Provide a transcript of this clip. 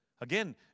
Again